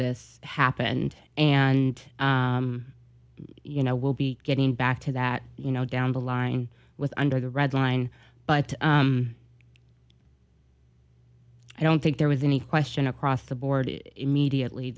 this happened and you know we'll be getting back to that you know down the line with under the red line but i don't think there was any question across the board in mediately